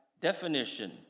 definition